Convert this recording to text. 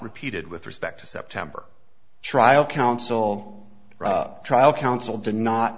repeated with respect to september trial counsel trial counsel did not